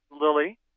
Lily